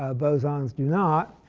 ah bosons do not.